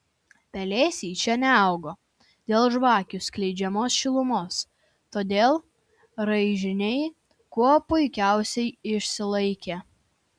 pelėsiai čia neaugo dėl žvakių skleidžiamos šilumos todėl raižiniai kuo puikiausiai išsilaikė